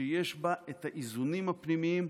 ויש בה האיזונים הפנימיים.